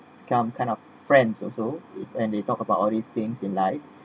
kind kind of friends also and they talk about all these things in life